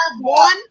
one